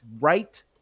right